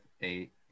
eight